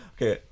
Okay